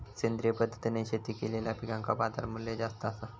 सेंद्रिय पद्धतीने शेती केलेलो पिकांका बाजारमूल्य जास्त आसा